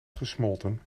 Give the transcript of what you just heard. gesmolten